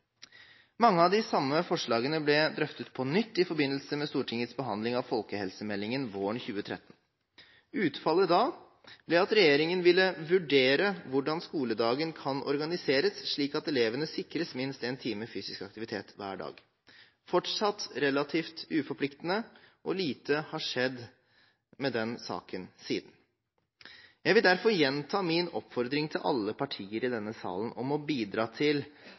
Mange av de samme forslagene ble drøftet på nytt i forbindelse med Stortingets behandling av folkehelsemeldingen våren 2013. Utfallet da ble at regjeringen ville «vurdere hvordan skoledagen kan organiseres slik at elevene sikres minst én time fysisk aktivitet hver dag». Det var fortsatt relativt uforpliktende, og lite har skjedd med den saken siden. Jeg vil derfor gjenta min oppfordring til alle partier i denne salen om å bidra til